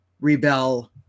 rebel